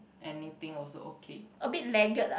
anything also okay